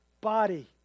Body